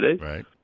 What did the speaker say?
Right